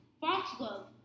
Foxglove